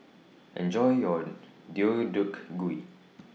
Enjoy your Deodeok Gui